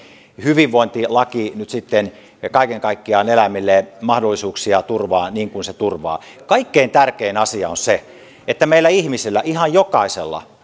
hyvinvointilaki joka nyt sitten kaiken kaikkiaan eläimille mahdollisuuksia turvaa niin kuin se turvaa kaikkein tärkein asia on se että meillä ihmisillä ihan jokaisella